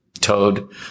Toad